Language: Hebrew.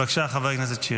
בבקשה, חבר הכנסת שירי.